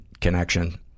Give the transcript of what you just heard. connection